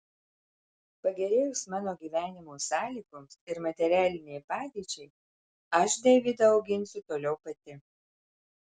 pagerėjus mano gyvenimo sąlygoms ir materialinei padėčiai aš deivydą auginsiu toliau pati